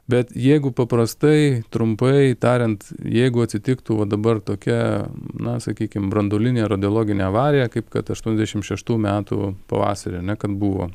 bet jeigu paprastai trumpai tariant jeigu atsitiktų va dabar tokia na sakykim branduolinė radiologinė avarija kaip kad aštuoniasdešimt šeštų metų pavasarį ar ne kad buvo